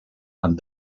han